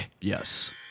yes